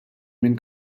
minn